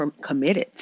committed